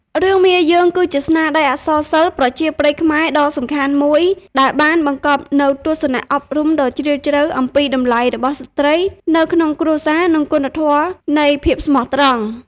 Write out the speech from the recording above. រឿង មាយើង គឺជាស្នាដៃអក្សរសិល្ប៍ប្រជាប្រិយខ្មែរដ៏សំខាន់មួយ ដែលបានបង្កប់នូវទស្សនៈអប់រំដ៏ជ្រាលជ្រៅអំពីតម្លៃរបស់ស្ត្រីនៅក្នុងគ្រួសារ និងគុណធម៌នៃភាពស្មោះត្រង់។